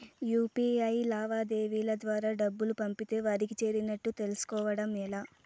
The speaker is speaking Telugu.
యు.పి.ఐ లావాదేవీల ద్వారా డబ్బులు పంపితే వారికి చేరినట్టు తెలుస్కోవడం ఎలా?